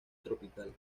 tropical